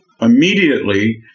Immediately